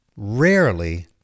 Rarely